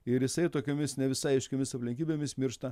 ir jisai tokiomis ne visai aiškiomis aplinkybėmis miršta